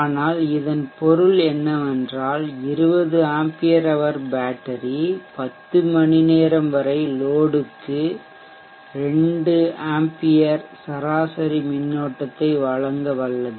ஆனால் இதன் பொருள் என்னவென்றால் 20 ஆம்பியர் ஹவர் பேட்டரி 10 மணிநேரம் வரை லோடுக்குசுமைக்கு 2 ஆம்ப்ஸ் சராசரி மின்னோட்டத்தை வழங்க வல்லது